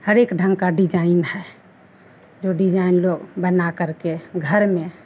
हर एक ढंग का डिजाईन है जो डिजाईन लोग बना करके घर में